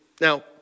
Now